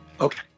Okay